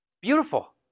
Beautiful